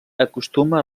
acostuma